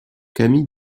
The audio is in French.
camille